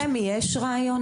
לכם יש רעיון?